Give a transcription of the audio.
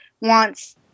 wants